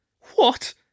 What